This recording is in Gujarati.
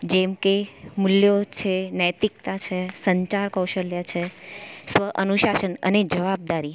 જેમ કે મૂલ્યો છે નૈતિકતા છે સંચાર કૌશલ્ય છે સ્વ અનુશાસન અને જવાબદારી